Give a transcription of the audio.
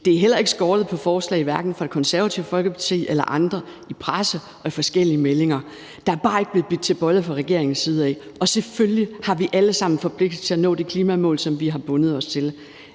Det har heller ikke skortet på forslag, hverken fra Det Konservative Folkeparti eller andre, i presse og i forskellige meldinger. Der er bare ikke blevet bidt til bolle fra regeringens side. Selvfølgelig har vi alle sammen forpligtelser til at nå det klimamål, som vi har bundet os til,